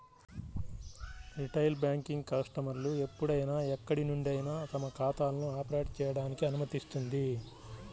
retail banking కస్టమర్లు ఎప్పుడైనా ఎక్కడి నుండైనా తమ ఖాతాలను ఆపరేట్ చేయడానికి అనుమతిస్తుంది